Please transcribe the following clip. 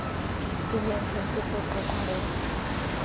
ᱤᱧᱟᱹᱜ ᱥᱩᱨ ᱥᱩᱯᱩᱨ ᱴᱚᱴᱷᱟᱨᱮ